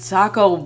Taco